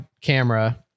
camera